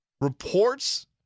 Reports